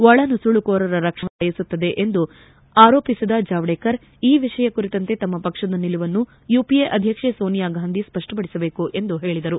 ಒಳನುಸುಳುಕೋರರ ರಕ್ಷಣೆಯನ್ನು ಕಾಂಗ್ರೆಸ್ ಬಯಸುತ್ತಿದೆ ಎಂದು ಆರೋಪಿಸಿದ ಜಾವಡೇಕರ್ ಈ ವಿಷಯ ಕುರಿತಂತೆ ತಮ್ಮ ಪಕ್ಷದ ನಿಲುವನ್ನು ಯುಪಿಎ ಅಧ್ಯಕ್ಷೆ ಸೋನಿಯಾ ಗಾಂಧಿ ಸ್ಪಪ್ಪಪಡಿಸಬೇಕೆಂದು ಹೇಳಿದರು